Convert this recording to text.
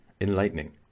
enlightening